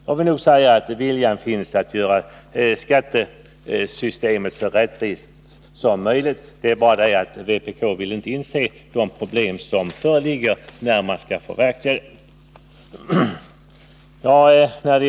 Jag vill vidare säga att det finns en stark vilja till att göra skattesystemet så rättvist som möjligt men att vpk inte vill inse vilka problem som reser sig i arbetet på att förverkliga dem.